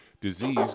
disease